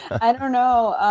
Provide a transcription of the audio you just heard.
i don't know.